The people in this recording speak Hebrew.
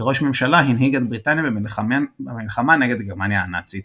כראש ממשלה הנהיג את בריטניה במלחמה נגד גרמניה הנאצית.